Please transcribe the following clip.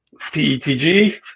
PETG